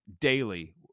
daily